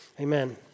Amen